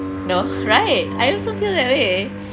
no right I also feel that way